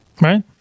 Right